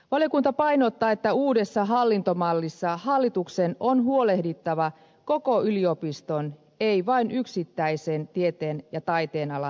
valiokunta painottaa että uudessa hallintomallissa hallituksen on huolehdittava koko yliopiston ei vain yksittäisen tieteen ja taiteen alan edusta